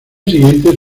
siguiente